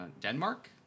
Denmark